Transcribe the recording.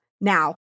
now